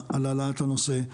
הנושא,